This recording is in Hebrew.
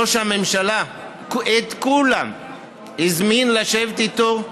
ראש הממשלה את כולם הזמין לשבת איתו,